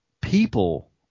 people